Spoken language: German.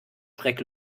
schreck